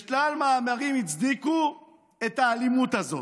בשלל מאמרים הצדיקו את האלימות הזאת.